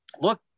look